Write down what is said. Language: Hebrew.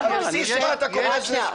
לפי מה אתה קובע את זה.